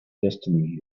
destiny